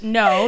no